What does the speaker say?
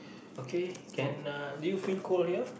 okay can ah do you feel cold here